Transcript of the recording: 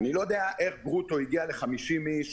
אני לא יודע איך גרוטו הגיע ל-50 איש,